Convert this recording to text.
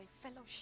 fellowship